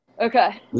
Okay